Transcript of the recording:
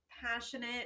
passionate